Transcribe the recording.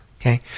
okay